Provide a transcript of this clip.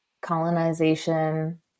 colonization